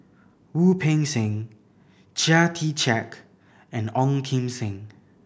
Wu Peng Seng Chia Tee Chiak and Ong Kim Seng